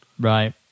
Right